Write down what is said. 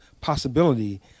possibility